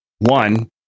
One